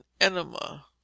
enema